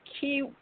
key